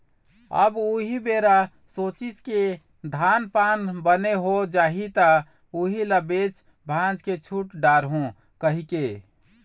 अब उही बेरा सोचिस के धान पान बने हो जाही त उही ल बेच भांज के छुट डारहूँ कहिके